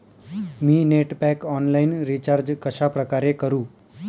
मी net pack online recharge कशाप्रकारे करु?